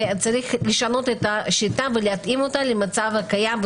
וצריך לשנות את השיטה ולהתאים אותה למצב הקיים,